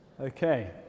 Okay